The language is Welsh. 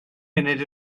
munud